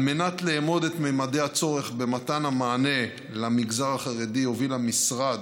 על מנת לאמוד את ממדי הצורך במתן המענה למגזר החרדי הוביל המשרד,